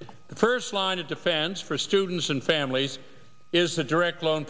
in the first line of defense for students and families is the direct lo